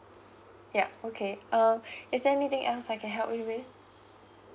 yup okay uh is there anything else I can help you with